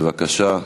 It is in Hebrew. בבקשה.